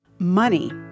money